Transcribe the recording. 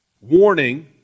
warning